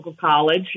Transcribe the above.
College